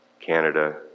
Canada